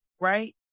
Right